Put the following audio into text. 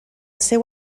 seu